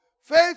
Faith